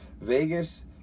Vegas